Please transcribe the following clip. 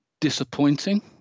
disappointing